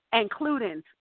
including